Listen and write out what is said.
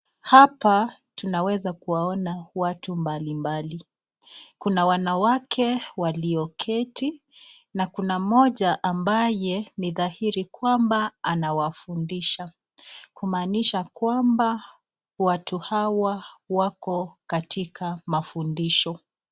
Hapa tunaweza kuwaona watu mbalimbali . Kuna wanawake walioketi na kuna mmoja ambaye ni dhahiri kwamba anawafundisha kumaanisha kwamba watu hawa wako katika mafundisho .